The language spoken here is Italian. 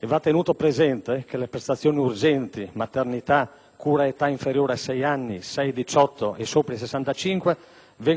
Va tenuto presente che le prestazioni urgenti, maternità, cure a età inferiore a 6 anni, compresa tra 6 e 18 anni e superiore a 65 anni vengono garantite in base a trattati e accordi internazionali;